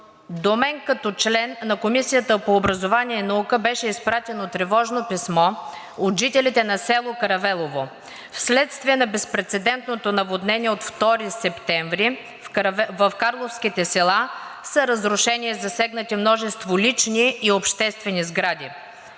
До мен като член на Комисията по образованието и науката беше изпратено тревожно писмо от жителите на село Каравелово. Вследствие на безпрецедентното наводнение от 2 септември в карловските села са разрушени и засегнати множество лични и обществени сгради,